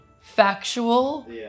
factual